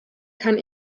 kann